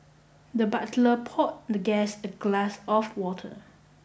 the butler poured the guest a glass of water